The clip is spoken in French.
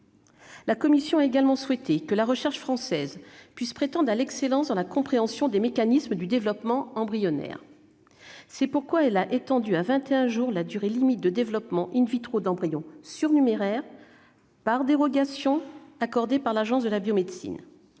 La commission spéciale a également souhaité que la recherche française puisse prétendre à l'excellence dans la compréhension des mécanismes du développement embryonnaire. C'est pourquoi elle a étendu à vingt et un jours la durée limite de développement d'embryons surnuméraires, sur dérogation accordée par l'Agence de la biomédecine.